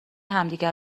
همدیگه